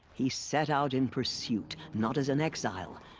he set out in pursuit. not as an exile.